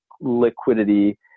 liquidity